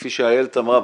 וכפי שאיילת אמרה,